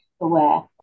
aware